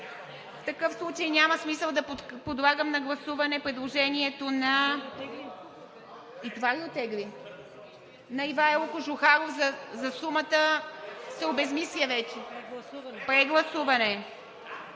В такъв случай няма смисъл да подлагам на гласуване предложението на Ивайло Кожухаров, защото се обезсмисля. Прегласуване.